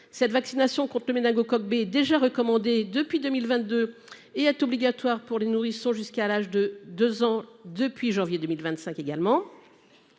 La vaccination contre le méningocoque B, déjà recommandée depuis 2022, est obligatoire pour les nourrissons jusqu’à l’âge de 2 ans depuis janvier 2025.